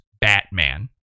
Batman